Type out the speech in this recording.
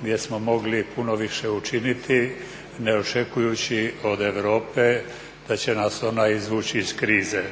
gdje smo mogli puno više učiniti ne očekujući od Europe da će nas ona izvući iz krize.